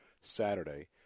Saturday